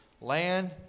land